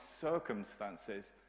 circumstances